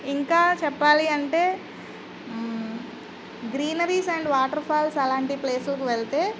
ఇంకా చెప్పాలి అంటే గ్రీనరీస్ అండ్ వాటర్ ఫాల్స్ అలాంటి ప్లేస్లకి వెళ్తే